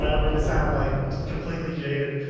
i don't mean to sound like completely jaded,